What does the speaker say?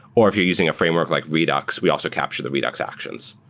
or if you're using a framework like redux, we also capture the redux actions.